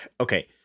okay